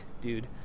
dude